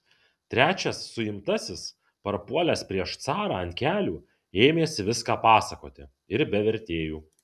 trečias suimtasis parpuolęs prieš carą ant kelių ėmėsi viską pasakoti ir be vertėjų